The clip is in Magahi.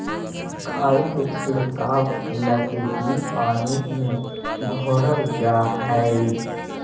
खाद के छिड़काव लगी इ पानी में घोरल जा हई